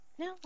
No